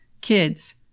Kids